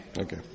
Okay